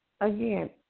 again